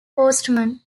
postman